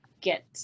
get